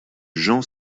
jean